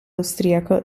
austriaco